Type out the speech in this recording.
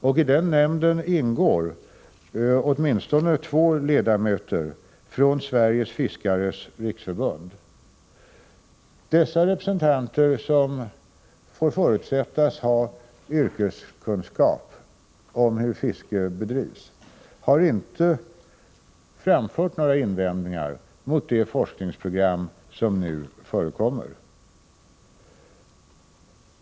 I denna nämnd ingår åtminstone två ledamöter från Sveriges fiskares riksförbund. Dessa representanter —som får förutsättas ha yrkeskunskap om hur fiske bedrivs — har inte framfört några invändningar mot det forskningsprogram som nu pågår.